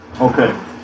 Okay